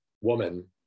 woman